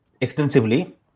extensively